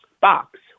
box